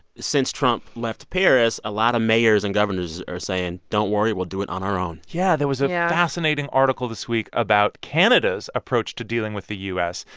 since trump left paris, a lot of mayors and governors are saying, don't worry we'll do it on our own yeah. yeah. there was a fascinating article this week about canada's approach to dealing with the u s.